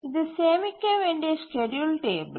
இது சேமிக்க வேண்டிய ஸ்கேட்யூல் டேபிள்